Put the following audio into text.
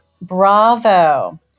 bravo